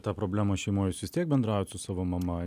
tą problema šeimoj jūs vis tiek bendraujat su savo mama